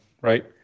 right